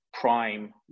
prime